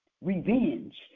revenge